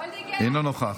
אינו נוכח.